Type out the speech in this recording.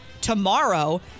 tomorrow